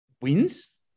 wins